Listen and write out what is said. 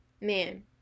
Man